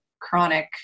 chronic